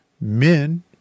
men